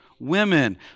women